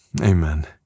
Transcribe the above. Amen